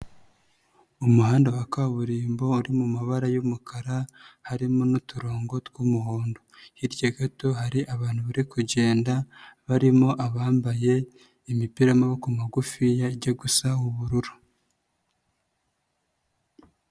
Mu muhanda wa kaburimbo uri mu mabara y'umukara harimo n'uturongo tw'umuhondo, hirya gato hari abantu bari kugenda harimo abambaye imipira y'amaboko magufi iyajya gusa ubururu.